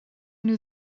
nhw